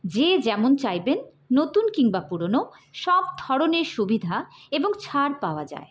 যে যেমন চাইবেন নতুন কিংবা পুরনো সব ধরনের সুবিধা এবং ছাড় পাওয়া যায়